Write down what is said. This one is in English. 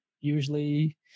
usually